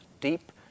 deep